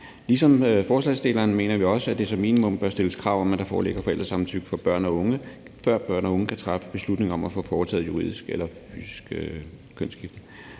Ligesom forslagsstillerne mener vi også, at der som minimum skal stilles krav om, at der foreligger forældresamtykke for børn og unge, før børn og unge kan træffe beslutninger om at få foretaget juridisk eller fysisk kønsskifte.